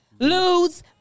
Lose